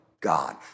God